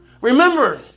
Remember